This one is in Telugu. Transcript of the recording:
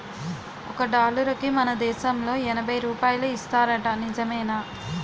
ఒక డాలరుకి మన దేశంలో ఎనబై రూపాయలు ఇస్తారట నిజమేనా